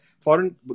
foreign